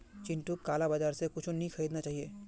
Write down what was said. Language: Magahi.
चिंटूक काला बाजार स कुछू नी खरीदना चाहिए